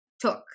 took